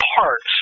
parts